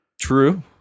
True